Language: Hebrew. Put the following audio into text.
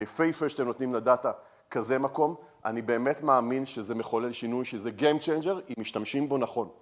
יפייפה שאתם נותנים לדאטה כזה מקום, אני באמת מאמין שזה מכולל שינוי שזה Game Changer אם משתמשים בו נכון.